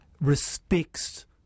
respects